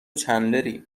چندلری